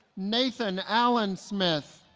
nathan allan smith